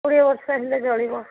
କୋଡ଼ିଏ ବର୍ଷ ହେଲେ ଚଳିବ